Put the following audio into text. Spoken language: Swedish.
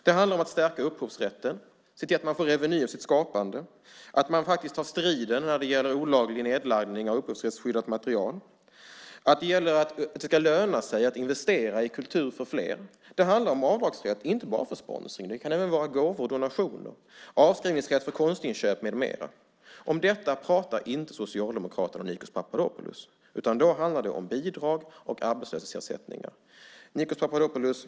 Det handlar om att stärka upphovsrätten, att se till att man får reveny av sitt skapande och att man tar striden när det gäller olaglig nedladdning av upphovsrättsskyddat material. Det ska löna sig att investera i kultur för fler. Det handlar om avdragsrätt, och inte bara för sponsring. Det kan även vara gåvor och donationer, avskrivningsrätt för konstinköp med mera. Om detta pratar inte Socialdemokraterna och Nikos Papadopoulos. Då handlar det om bidrag och arbetslöshetsersättningar. Nikos Papadopoulos!